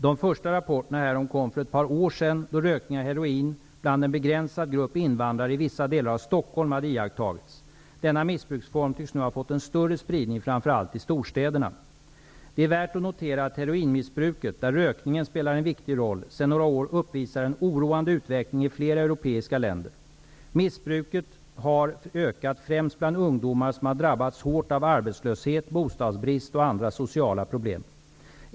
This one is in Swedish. De första rapporterna härom kom för ett par år sedan, då rökning av heroin bland en begränsad grupp invandrare i vissa delar av Stockholm hade iakttagits. Denna missbruksform tycks nu ha fått en större spridning, framför allt i storstäderna. Det är värt att notera att heroinmissbruket, där rökningen spelar en viktig roll, sedan några år uppvisar en oroande utveckling i flera europeiska länder. Missbruket har ökat främst bland ungdomar som har drabbats hårt av arbetslöshet, bostadsbrist och andra sociala problem.